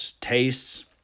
tastes